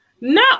No